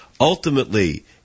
Ultimately